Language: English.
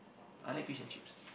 I like fish and chips